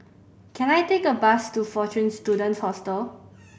can I take a bus to Fortune Students Hostel